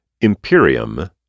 Imperium